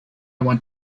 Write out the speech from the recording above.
want